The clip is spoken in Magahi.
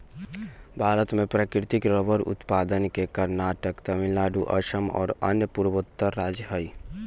भारत में प्राकृतिक रबर उत्पादक के कर्नाटक, तमिलनाडु, असम और अन्य पूर्वोत्तर राज्य हई